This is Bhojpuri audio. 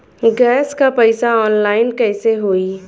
गैस क पैसा ऑनलाइन कइसे होई?